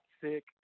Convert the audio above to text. sick